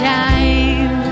time